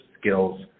skills